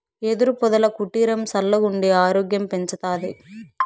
యెదురు పొదల కుటీరం సల్లగుండి ఆరోగ్యం పెంచతాది